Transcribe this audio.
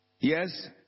Yes